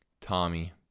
Tommy